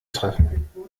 treffen